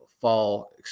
fall